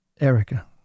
Erica